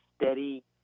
steady